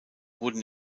wurden